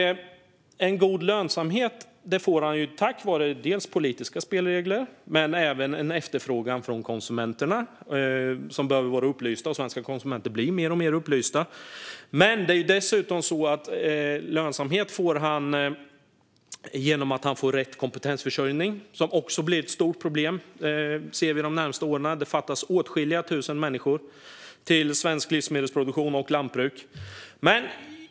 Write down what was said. En god lönsamhet får han tack vare politiska spelregler men även tack vare en efterfrågan från konsumenterna som behöver vara upplysta, och svenska konsumenter blir mer och mer upplysta. Lönsamhet får han dessutom genom att han får rätt kompetensförsörjning. Där ser vi att det blir ett stort problem under de närmaste åren. Det fattas åtskilliga tusen människor till svensk livsmedelsproduktion och svenskt lantbruk. Fru talman!